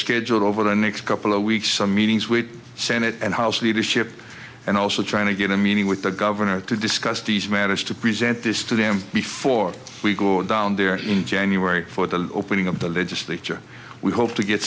scheduled over the next couple of weeks some meetings with senate and house leadership and also trying to get a meeting with the governor to discuss these matters to present this to them before we go down there in january for the opening of the legislature we hope to get